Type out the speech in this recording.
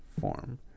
form